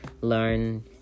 learn